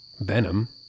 Venom